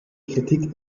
kritik